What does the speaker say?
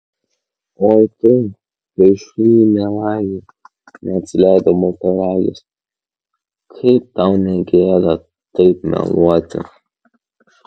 oi tu piršly melagi neatsileido baltaragis kaip tau ne gėda taip meluoti